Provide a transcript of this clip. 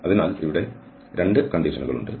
അതിനാൽ ഇവിടെ 2 വ്യവസ്ഥകളുണ്ട്